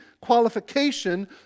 qualification